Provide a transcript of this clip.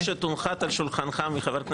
נתניהו שבו הוא גידף את וסנט בציבור החרדי,